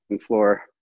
floor